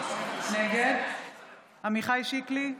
נגד עמיחי שיקלי,